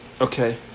Okay